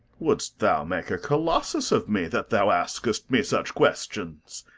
wouldst thou make a colossus of me, that thou askest me such questions?